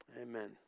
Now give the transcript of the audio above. Amen